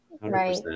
Right